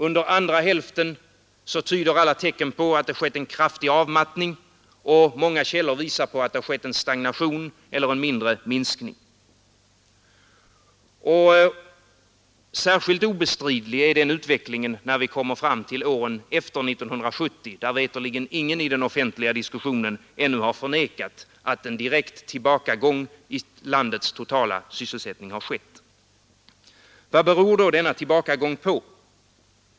Under andra hälften tyder alla tecken på att det skett en kraftig avmattning, och många källor visar att det skett en stagnation eller mindre minskning. Särskilt obestridlig är den utvecklingen, när vi kommer fram till åren efter 1970, där veterligen ingen i den offentliga diskussionen ännu har förnekat att en direkt tillbakagång i landets totala sysselsättning har skett. Vad beror då denna tillbakagång på?